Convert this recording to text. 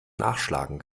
nachschlagen